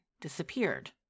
disappeared